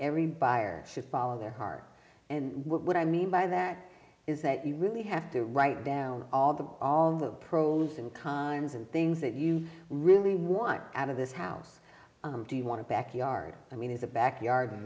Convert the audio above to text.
every buyer should follow their heart and what i mean by that is that you really have to write down all the all the pros and cons and things that you really want out of this house do you want to backyard i mean is a backyard